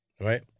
right